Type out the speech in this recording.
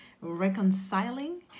reconciling